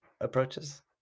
approaches